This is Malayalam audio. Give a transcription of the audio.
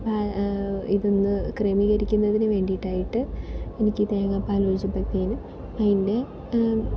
ഇതൊന്ന് ക്രമീകരിക്കുന്നതിന് വേണ്ടിയിട്ടായിട്ട് എനിക്ക് തേങ്ങാപ്പാൽ ഒഴിച്ചപ്പത്തേനും അതിൻ്റെ